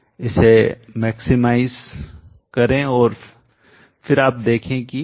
इसे मैक्सिमाइज अधिकतम करें और फिर आप देखें कि यह है